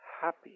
happy